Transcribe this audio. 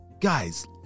Guys